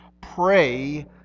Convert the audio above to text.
Pray